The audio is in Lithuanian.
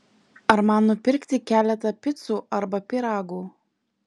ar man nupirkti keletą picų arba pyragų